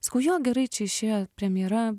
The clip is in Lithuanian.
sakau jo gerai čia išėjo premjera